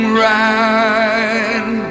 ride